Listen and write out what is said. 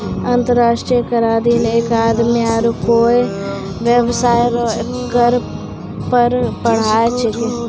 अंतर्राष्ट्रीय कराधीन एक आदमी आरू कोय बेबसाय रो कर पर पढ़ाय छैकै